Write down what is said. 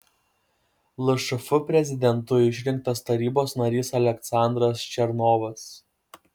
lšf prezidentu išrinktas tarybos narys aleksandras černovas